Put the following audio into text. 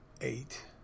eight